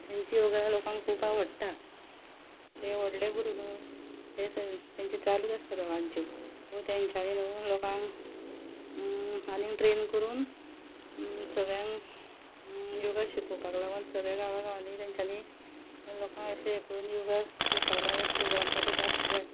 तेंची योगा लोकांक पोवपाक आवडटा ते व्हडले गुरू न्हू तेंची चालूच आसता दोगांच्यो पूण तेंच्यांनी न्हू लोकांक आनी ट्रॅन करून सगळ्यांक योगा शिकोवपाक लागून सगळ्या गांवां गांवांनी तेंच्यांनी लोकांक अशें हें करून योगा शिकपाक लागून एक प्रोग्राम आसूंक जाय